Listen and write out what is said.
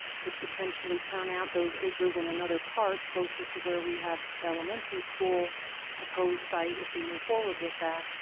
could potentially turn out those acres in another part closer to where we have elementary school proposed site if we move forward with that.